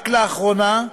רק לאחרונה,